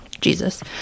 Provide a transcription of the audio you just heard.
Jesus